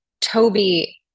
toby